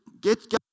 get